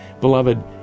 Beloved